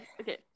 okay